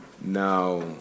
Now